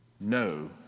no